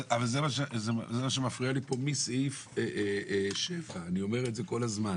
אבל זה מה שמפריע לי פה מסעיף 7. אני אומר את זה כל הזמן.